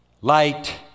light